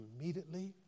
immediately